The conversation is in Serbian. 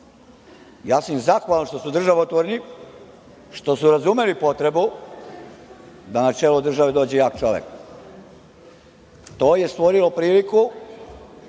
Ja sam im zahvalan što su državotvorni, što su razumeli potrebu da na čelo države dođe jak čovek. To je stvorilo priliku